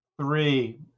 three